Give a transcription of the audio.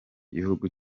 gihugu